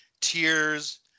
tears